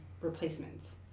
replacements